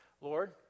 Lord